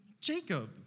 Jacob